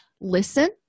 listen